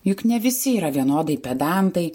juk ne visi yra vienodai pedantai